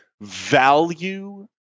value